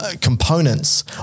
components